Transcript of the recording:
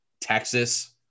texas